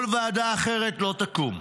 כל ועדה אחרת לא תקום,